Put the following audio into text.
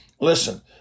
Listen